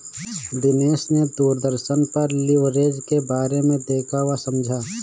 दिनेश ने दूरदर्शन पर लिवरेज के बारे में देखा वह समझा